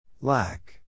Lack